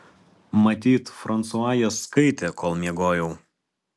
matyt fransua jas skaitė kol miegojau